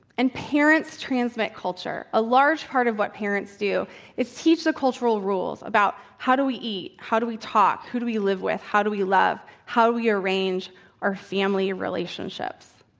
and parents transmit culture. a large part of what parents do is teach the cultural rules about, how do we eat, how do we talk, who do we live with, how do we love, how we arrange our family relationships.